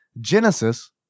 Genesis